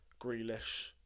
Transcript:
Grealish